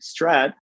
strat